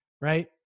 right